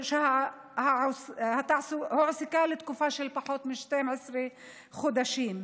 שהועסקו תקופה של פחות מ-12 חודשים.